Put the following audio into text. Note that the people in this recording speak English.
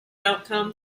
outcome